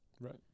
Right